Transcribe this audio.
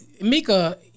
Mika